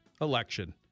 election